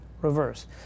Reverse